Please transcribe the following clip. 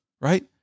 right